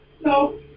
No